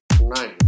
nine